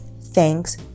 thanks